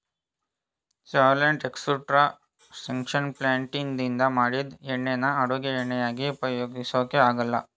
solvent extraction ಪ್ಲಾಂಟ್ನಿಂದ ಮಾಡಿದ್ ಎಣ್ಣೆನ ಅಡುಗೆ ಎಣ್ಣೆಯಾಗಿ ಉಪಯೋಗ್ಸಕೆ ಆಗಲ್ಲ